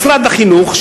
משרד החינוך,